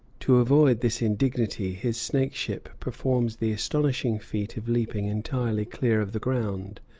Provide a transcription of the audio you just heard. to avoid this indignity his snakeship performs the astonishing feat of leaping entirely clear of the ground,